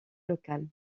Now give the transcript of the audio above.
local